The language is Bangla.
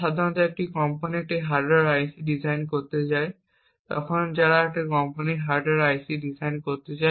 সাধারণত যখন একটি কোম্পানি একটি হার্ডওয়্যার আইসি ডিজাইন করতে চায়